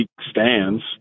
stands